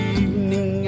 evening